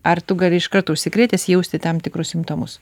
ar tu gali iš karto užsikrėtęs jausti tam tikrus simptomus